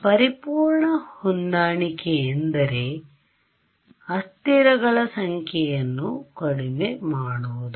ಪರಿಪೂರ್ಣ ಹೊಂದಾಣಿಕೆ ಎಂದರೆ ಅಸ್ಥಿರಗಳ ಸಂಖ್ಯೆಯನ್ನು ಕಡಿಮೆ ಮಾಡುವುದು